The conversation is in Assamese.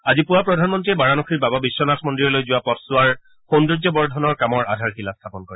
আজি পুৱা প্ৰধানমন্ত্ৰীয়ে বাৰানসীৰ বাবা বিশ্বনাথ মন্দিৰলৈ যোৱা পথছোৱাৰ সৌন্দৰ্যবৰ্ধনৰ কামৰ আধাৰশিলা স্থাপন কৰে